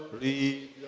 read